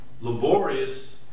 laborious